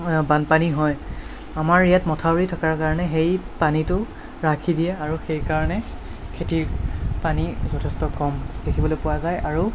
বানপানী হয় আমাৰ ইয়াত মথাউৰি থকাৰ কাৰণে সেই পানীতো ৰাখি দিয়ে আৰু সেইকাৰণে খেতিৰ পানী যথেষ্ট কম দেখিবলৈ পোৱা যায় আৰু